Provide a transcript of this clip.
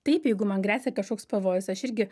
taip jeigu man gresia kažkoks pavojus aš irgi